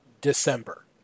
December